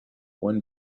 one